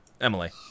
Emily